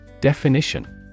Definition